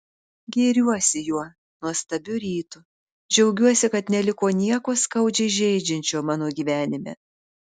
gėriuosi juo nuostabiu rytu džiaugiuosi kad neliko nieko skaudžiai žeidžiančio mano gyvenime